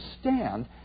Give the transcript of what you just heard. stand